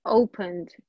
opened